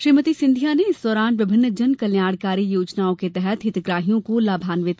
श्रीमति सिंधिया ने इस दौरान विभिन्न जन कल्याणकारी योजनाओं के तहत हितग्राहियों को लाभान्वित किया